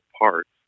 parts